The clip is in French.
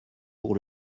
pour